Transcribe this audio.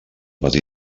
pati